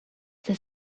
that